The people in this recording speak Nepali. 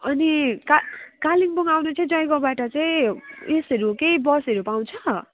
अनि का कालिम्पोङ आउनु चाहिँ जयगाउँबाट चाहिँ उइसहरू केही बसहरू पाउँछ